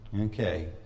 Okay